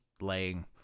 laying